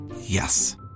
Yes